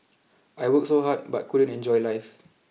I worked so hard but couldn't enjoy life